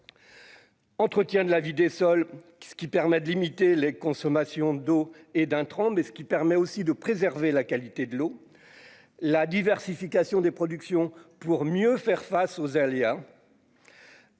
Entretien de la vie des sols, ce qui permet de limiter les consommations d'eau et d'un, et ce qui permet aussi de préserver la qualité de l'eau, la diversification des productions pour mieux faire face aux aléas.